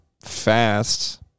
fast